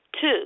Two